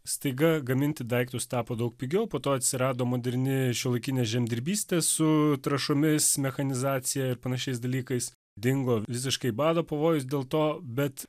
staiga gaminti daiktus tapo daug pigiau po to atsirado moderni šiuolaikinė žemdirbystė su trąšomis mechanizacija ir panašiais dalykais dingo visiškai bado pavojus dėl to bet